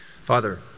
Father